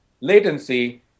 latency